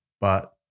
But-